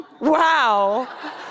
Wow